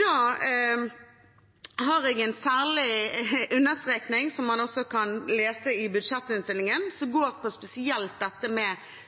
Da har jeg en særlig understrekning – som man også kan lese i budsjettinnstillingen – som går på dette med